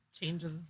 changes